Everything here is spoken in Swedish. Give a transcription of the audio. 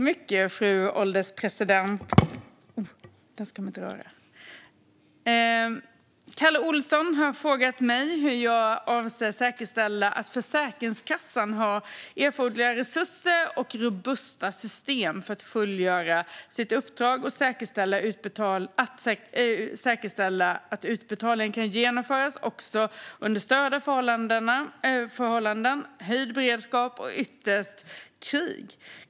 Fru ålderspresident! Kalle Olsson har frågat mig hur jag avser att säkerställa att Försäkringskassan har erforderliga resurser och robusta system för att fullfölja sitt uppdrag och säkerställa att utbetalningar kan genomföras också under störda förhållanden, höjd beredskap eller ytterst krig.